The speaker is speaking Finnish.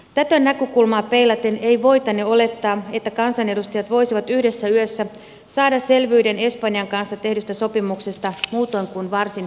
tätä näkökulmaa peilaten ei voitane olettaa että kansanedustajat voisivat yhdessä yössä saada selvyyden espanjan kanssa tehdystä sopimuksesta muutoin kuin varsin pintapuolisesti